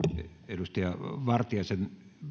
edustaja vartiaisen